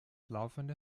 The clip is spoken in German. laufende